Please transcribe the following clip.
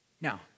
now